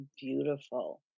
beautiful